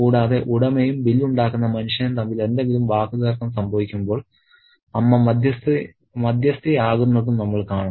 കൂടാതെ ഉടമയും ബില്ലുണ്ടാക്കുന്ന മനുഷ്യനും തമ്മിൽ എന്തെങ്കിലും വാക്കുതർക്കം സംഭവിക്കുമ്പോൾ അമ്മ മധ്യസ്ഥയാകുന്നതും നമ്മൾ കാണുന്നു